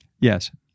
Yes